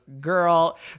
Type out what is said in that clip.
girl